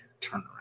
turnaround